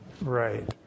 Right